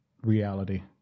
reality